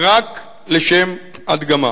רק לשם הדגמה.